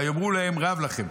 ויאמר להם רב לכם